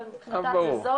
אבל זה זול,